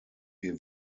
wir